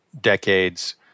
decades